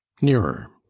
nearer!